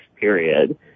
period